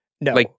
No